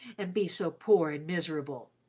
and be so poor and miserable!